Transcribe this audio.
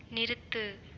நிறுத்து